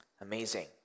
Amazing